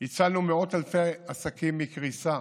והצלנו מאות אלפי עסקים מקריסה.